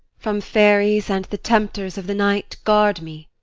from fairies and the tempters of the night guard me,